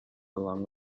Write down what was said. along